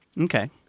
Okay